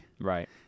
Right